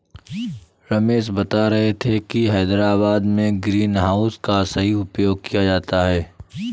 रमेश बता रहे थे कि हैदराबाद में ग्रीन हाउस का सही उपयोग किया जाता है